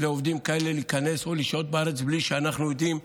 לעובדים כאלה להיכנס או לשהות בארץ בלי שאנחנו יודעים,